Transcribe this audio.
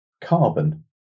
Carbon